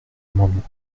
amendement